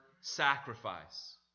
sacrifice